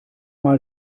mal